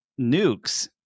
nukes